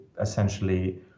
essentially